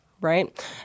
right